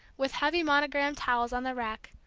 with heavy monogrammed towels on the rack,